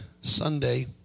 Sunday